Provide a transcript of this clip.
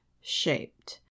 shaped